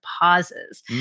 pauses